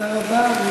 תודה רבה.